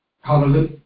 Hallelujah